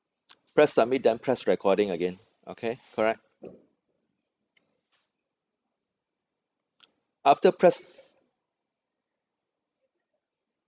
press submit then press recording again okay correct after press